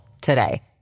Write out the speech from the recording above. today